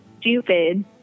stupid